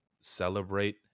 celebrate